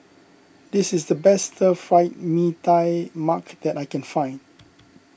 this is the best Stir Fried Mee Tai Mak that I can find